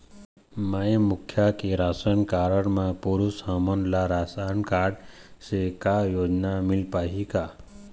माई मुखिया के ration card म पुरुष हमन ला रासनकारड से का योजना मिल पाही का?